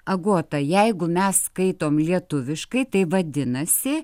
agota jeigu mes skaitom lietuviškai tai vadinasi